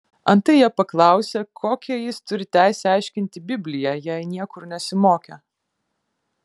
antai jie paklausė kokią jis turi teisę aiškinti bibliją jei niekur nesimokė